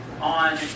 on